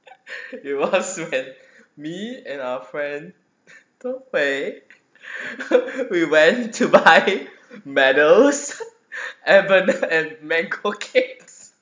it was when me and our friend don wei we went to buy medals and mango cakes